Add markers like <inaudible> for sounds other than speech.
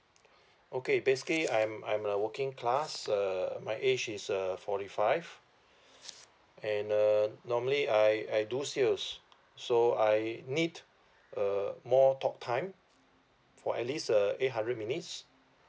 <breath> okay basically I'm I'm a working class uh my age is uh forty five <breath> and uh normally I I do sales so I need a more talk time for at least a eight hundred minutes